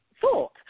thought